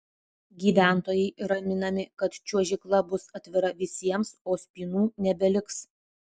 gyventojai raminami kad čiuožykla bus atvira visiems o spynų nebeliks